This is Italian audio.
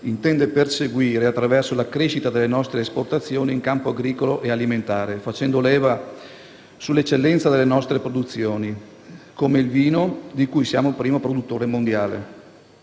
intende perseguire attraverso la crescita delle nostre esportazioni in campo agricolo e alimentare, facendo leva sull'eccellenza delle nostre produzioni, come il vino, di cui siamo primo produttore mondiale.